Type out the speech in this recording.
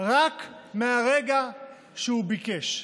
רק מהרגע שהוא ביקש.